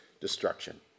destruction